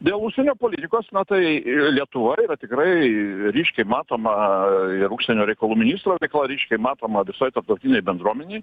dėl užsienio politikos na tai lietuvoj yra tikrai ryškiai matoma užsienio reikalų ministro veikla ryškiai matoma visoj tarptautinėj bendruomenėj